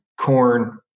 corn